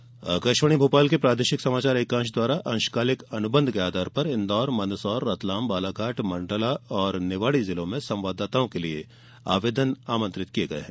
अंशकालिक संवाददाता आकाशवाणी भोपाल के प्रादेशिक समाचार एकांश द्वारा अंशकालिक अनुबंध के आधार पर इन्दौर मंदसौर रतलाम बालाघाट मंडला और निवाड़ी जिलों में संवाददाताओं के लिये आवेदन आमंत्रित किये गये हैं